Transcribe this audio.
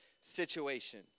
situation